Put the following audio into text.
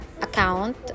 account